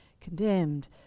condemned